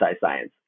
science